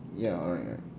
ya alright alright